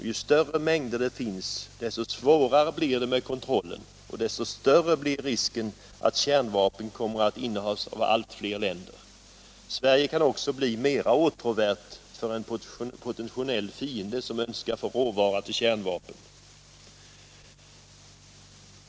Ju större mängder det finns, desto svårare blir det med kontrollen och desto större blir risken att kärnvapnen kommer att innehas av allt fler länder. Sverige kan också bli mera åtråvärt för en potentiell fiende som önskar få råvara till kärnvapen.